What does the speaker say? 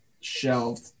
shelved